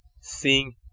sing